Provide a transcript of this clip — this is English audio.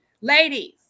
ladies